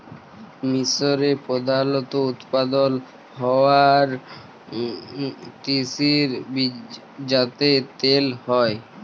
মিসরে প্রধালত উৎপাদল হ্য়ওয়া তিসির বীজ যাতে তেল হ্যয়